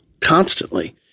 constantly